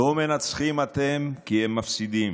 לא מנצחים אתם כי אם מפסידים,